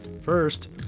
First